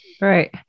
Right